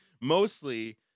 mostly